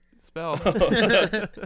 spell